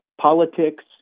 politics